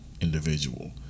individual